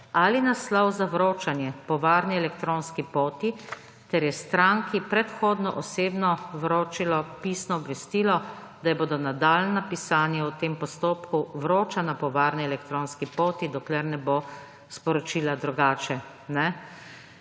ali naslov za vročanje po varni elektronski poti ter je stranki predhodno osebno vročilo pisno obvestilo, da ji bodo nadaljnja pisanja v tem postopku vročana po varni elektronski poti, dokler ne bo sporočila drugače.«